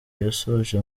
yasoje